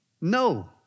No